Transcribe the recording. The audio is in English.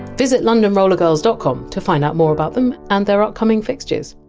visit londonrollergirls dot com to find out more about them and their upcoming fixtures.